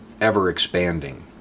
ever-expanding